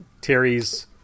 Terry's